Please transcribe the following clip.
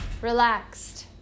relaxed